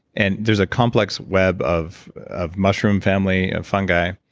and there's a complex web of of mushroom family, of fungi.